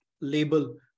label